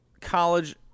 college